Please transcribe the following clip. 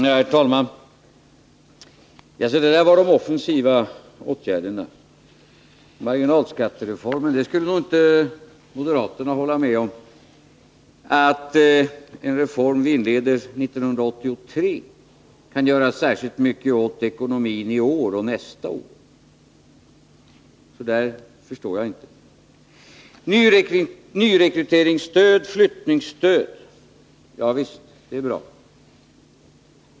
Herr talman! Jaså, det där var de offensiva åtgärderna! Moderaterna skulle nog inte hålla med om att en marginalskattereform som inleds 1983 kan göra särskilt mycket åt ekonomin i år och nästa år. Det där förstår jag inte. Nyrekryteringsstöd och flyttningsstöd är naturligtvis bra.